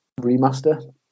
remaster